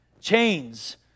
Chains